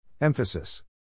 Emphasis